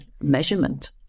measurement